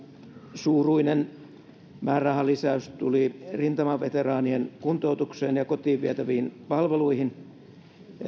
suuruinen määrärahalisäys tuli rintamaveteraanien kuntoutukseen ja kotiin vietäviin palveluihin